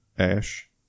ash